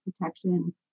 protection